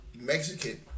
Mexican